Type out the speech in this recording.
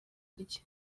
rye